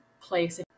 place